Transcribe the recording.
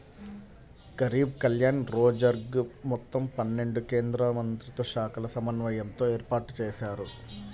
గరీబ్ కళ్యాణ్ రోజ్గర్ మొత్తం పన్నెండు కేంద్రమంత్రిత్వశాఖల సమన్వయంతో ఏర్పాటుజేశారు